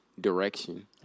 direction